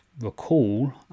recall